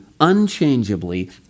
unchangeably